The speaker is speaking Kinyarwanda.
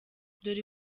dore